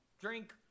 drink